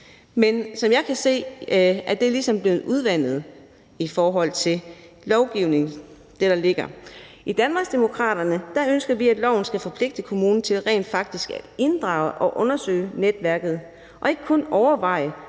men som jeg ser det, er det, der ligger, ligesom blev udvandet i forhold til lovgivningen. I Danmarksdemokraterne mener vi, at loven skal forpligte kommunen til rent faktisk at inddrage og undersøge netværket, og man skal ikke kun overveje